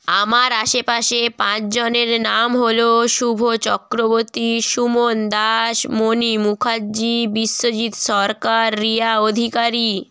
আমার আশেপাশে পাঁচজনের নাম হলো শুভ চক্রবতী সুমন দাস মনি মুমুখার্জি বিশ্বজিৎ সরকার রিয়া অধিকারি